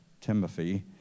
Timothy